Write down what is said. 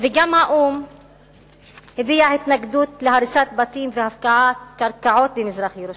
וגם האו"ם הביע התנגדות להריסת בתים והפקעת קרקעות במזרח-ירושלים.